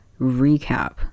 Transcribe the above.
recap